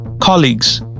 colleagues